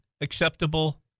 acceptable